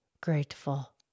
grateful